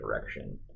direction